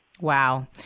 Wow